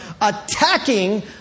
attacking